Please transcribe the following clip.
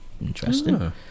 Interesting